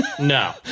no